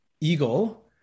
eagle